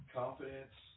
confidence